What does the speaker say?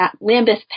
Lambeth